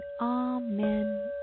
amen